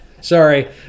Sorry